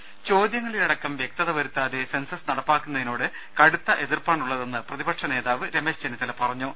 ദേശ ചോദ്യങ്ങളിലടക്കം വ്യക്തത വരുത്താതെ സെൻസസ് നടപ്പിലാക്കുന്നതിനോട് കടുത്ത എതിർപ്പാണ് ഉള്ളതെന്ന് പ്രതിപക്ഷ നേതാവ് രമേശ് ചെന്നിത്തല പറഞ്ഞു